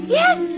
yes